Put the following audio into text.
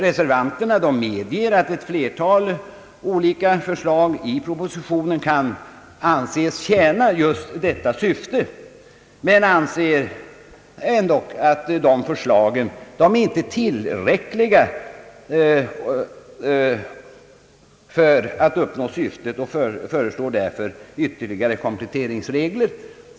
Reservanterna medger att ett flertal olika förslag i propositionen kan anses tjäna just detta syfte men anser ändock att förslagen inte är tillräckliga för att syftet skall uppnås. Därför föreslår reservanterna ytterligare kompletteringsregler.